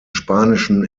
spanischen